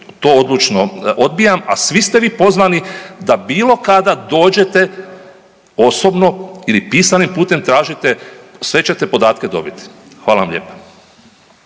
to odlučno odbijam a svi ste vi pozvani da bilo kada dođete osobno ili pisanim putem, tražite sve ćete podatke dobiti. Hvala vam lijepo.